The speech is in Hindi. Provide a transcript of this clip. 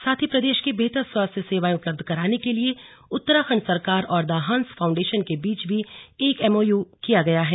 साथ ही प्रदेश के बेहतर स्वास्थ्य सेवाएं उपलब्ध कराने के लिए उत्तराखंड सरकार और द हंस फांउडेशन के बीच भी एक एमओयू किया गया है